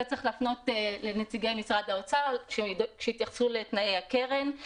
את זה צריך להפנות לנציגי משרד האוצר שיתייחסו לתנאי הקרן.